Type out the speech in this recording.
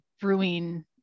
brewing